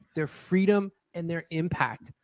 their freedom, and their impact.